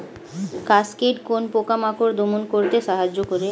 Cascade কোন পোকা মাকড় দমন করতে সাহায্য করে?